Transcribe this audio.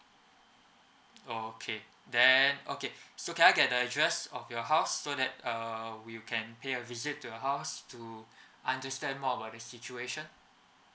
okay then okay so can I get the address of your house so that uh we can pay a visit to your house to understand more about the situation